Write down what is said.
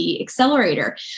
Accelerator